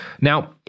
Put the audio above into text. Now